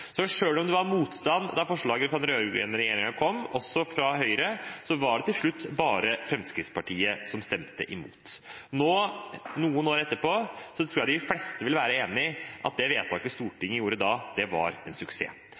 Så selv om det var motstand da forslaget fra den rød-grønne regjeringen kom, også fra Høyre, var det til slutt bare Fremskrittspartiet som stemte imot. Nå, noen år etterpå, tror jeg de fleste vil være enig i at det vedtaket Stortinget gjorde da, var en suksess.